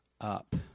up